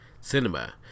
cinema